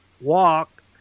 walk